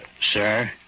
sir